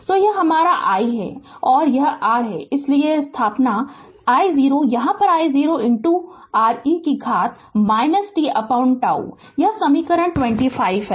तो यह हमारा है I और यह R है इसलिए स्थानापन्न I0 यहाँ यह I0 R e से घात t τ यह समीकरण 25 है